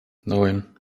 neun